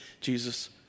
Jesus